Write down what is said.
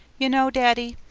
you know, daddy,